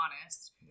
honest